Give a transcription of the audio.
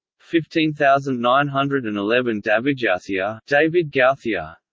fifteen thousand nine hundred and eleven davidgauthier davidgauthier